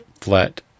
flat